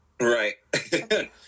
right